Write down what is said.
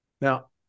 now